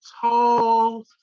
tall